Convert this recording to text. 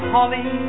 Holly